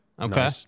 Okay